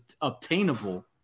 obtainable